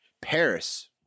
Paris